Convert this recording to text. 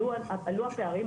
עלו הפערים,